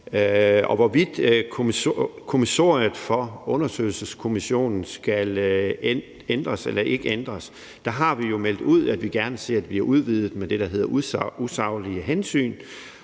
til om kommissoriet for undersøgelseskommissionen skal ændres eller ikke ændres, har vi jo meldt ud, at vi gerne ser, at det bliver udvidet med spørgsmålet om det, der hedder usaglige hensyn.